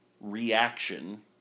reaction